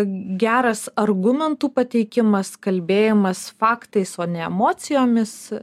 geras argumentų pateikimas kalbėjimas faktais o ne emocijomis